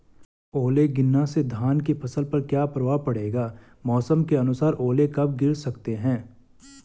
ओले गिरना से धान की फसल पर क्या प्रभाव पड़ेगा मौसम के अनुसार ओले कब गिर सकते हैं?